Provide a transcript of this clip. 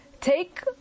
take